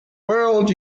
world